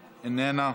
איננה,